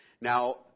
Now